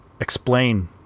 explain